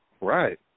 Right